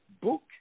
book